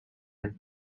and